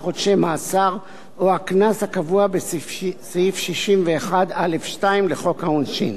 חודשי מאסר או הקנס הקבוע בסעיף 61א(2) לחוק העונשין.